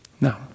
No